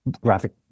graphic